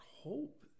hope